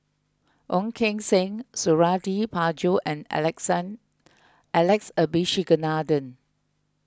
Ong Keng Sen Suradi Parjo and Alex Abisheganaden